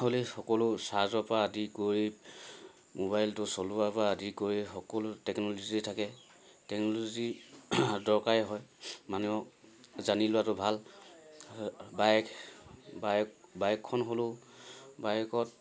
হ'লেই সকলো চাৰ্জৰপৰা আদি কৰি মোবাইলটো চলোৱাৰপৰা আদি কৰি সকলো টেকন'লজিয়ে থাকে টেকন'লজি দৰকাৰেই হয় মানুহক জানি লোৱাটো ভাল বাইক বাইক বাইকখন হ'লেও বাইকত